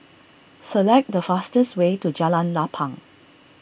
select the fastest way to Jalan Lapang